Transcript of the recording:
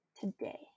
today